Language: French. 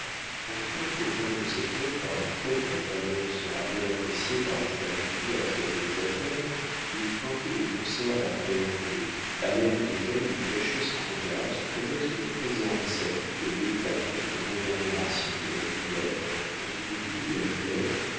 enfin pour peindre cet homme par un trait dont la valeur sera bien appréciée par des gens habitués à traiter les affaires il portait des conserves à verres bleus à l'aide desquelles il cachait son regard sous prétexte de préserver sa vue de l'éclatante réverbération de la lumière dans une ville où la terre